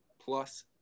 plus